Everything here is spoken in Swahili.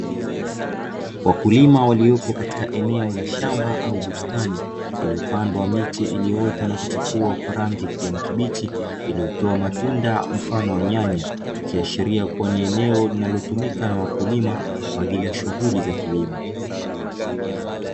Wakulima waliopo katika eneo la shamba au bustani ni upande wa miche iliyoota na kujipua kwa rangi ya kijani kibichi iliyotoa matunda mfano wa nyanya, kuashiria kuwa ni eneo linalotumika na wakulima kwa ajili ya shughuli za kilimo.